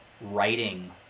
writing